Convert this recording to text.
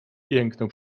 jęknął